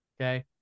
okay